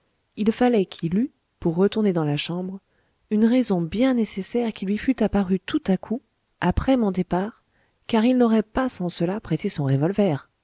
il fallait qu'il eût pour retourner dans la chambre une raison bien nécessaire qui lui fût apparue tout à coup après mon départ car il n'aurait pas sans cela prêté son revolver